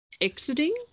exiting